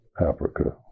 Africa